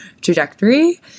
trajectory